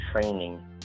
training